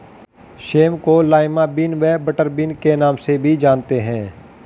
same को lima bean व butter bean के नाम से भी जानते हैं